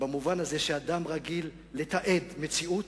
במובן הזה שאדם רגיל לתעד מציאות,